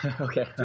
Okay